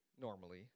normally